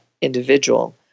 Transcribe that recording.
individual